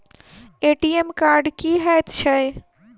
ATM card की हएत छै?